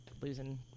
losing